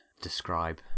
describe